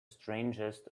strangest